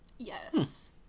yes